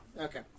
okay